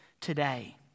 today